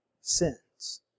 sins